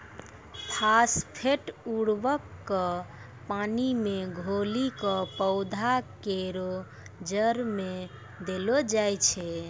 phosphate उर्वरक क पानी मे घोली कॅ पौधा केरो जड़ में देलो जाय छै